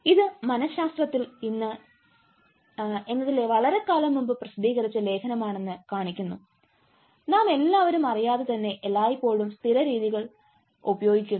ഇത് മനഃശാസ്ത്രത്തിൽ ഇന്ന് എന്നതിൽ വളരെക്കാലം മുമ്പ് പ്രസിദ്ധീകരിച്ച ലേഖനമാണെന്ന് കാണിക്കുന്നു നാമെല്ലാവരും അറിയാതെ തന്നെ എല്ലായ്പ്പോഴും സ്ഥിരരീതികൾ സ്റ്റീരിയോ ടൈപ്പ് ഉപയോഗിക്കുന്നു